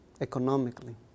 economically